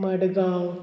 Madgaon